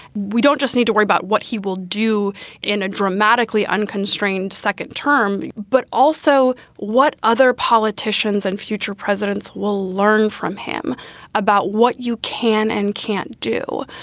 we don't just need to worry about what he will do in a dramatically unconstrained second term, but also what other politicians and future presidents will learn from him about what you can and can't do.